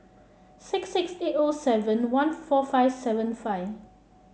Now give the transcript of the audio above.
six six eight O seven one four five seven five